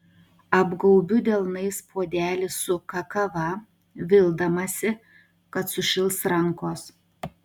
apgaubiu delnais puodelį su kakava vildamasi kad sušils rankos